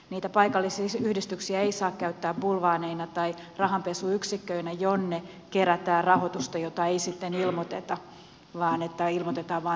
niitä paikallisyhdistyksiä ei saa käyttää bulvaaneina tai rahanpesuyksiköinä jonne kerätään rahoitusta jota ei sitten ilmoiteta vaan ilmoitetaan vain se paikallisyhdistys